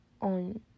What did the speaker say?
on